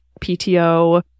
PTO